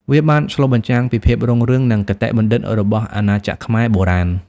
វាបានឆ្លុះបញ្ចាំងពីភាពរុងរឿង និងគតិបណ្ឌិតរបស់អាណាចក្រខ្មែរបុរាណ។